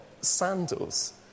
Sandals